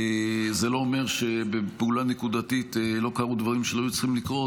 זה לא אומר שבפעולה נקודתית לא קרו דברים שלא היו צריכים לקרות,